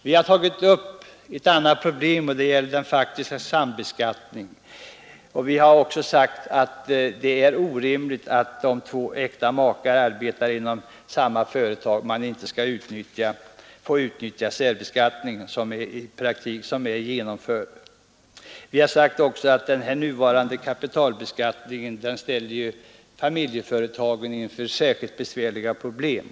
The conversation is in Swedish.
Vi har också tagit upp problemet med den faktiska sambeskattningen. Vi har framhållit att det är orimligt att två äkta makar som arbetar i företaget inte skall få utnyttja särbeskattningen, som ju är genomförd för andra. Vi har också pekat på att den nuvarande kapitalbeskattningen ställer familjeföretagen inför särskilt besvärliga problem.